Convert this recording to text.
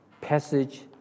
passage